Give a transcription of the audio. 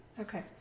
Okay